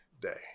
day